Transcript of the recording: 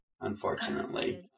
unfortunately